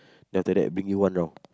then after that bring you one round